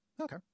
Okay